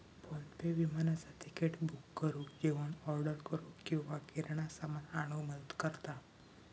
PhonePe विमानाचा ticket book करुक, जेवण ऑर्डर करूक किंवा किराणा सामान आणूक मदत करता